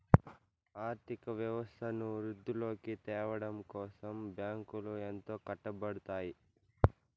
ఆర్థిక వ్యవస్థను వృద్ధిలోకి త్యావడం కోసం బ్యాంకులు ఎంతో కట్టపడుతాయి